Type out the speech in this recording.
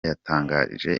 yatangarije